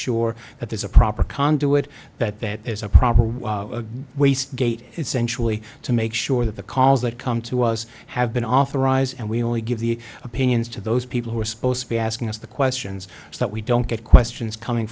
sure that there's a proper conduit that that is a proper way a waste gate essentially to make sure that the calls that come to us have been authorized and we only give the opinions to those people who are supposed to be asking us the questions so that we don't get questions coming